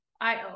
io